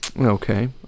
Okay